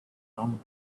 long